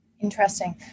Interesting